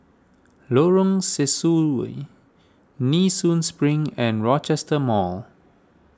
Lorong Sesuai Nee Soon Spring and Rochester Mall